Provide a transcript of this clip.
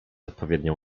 odpowiednią